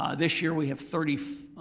ah this year we have thirty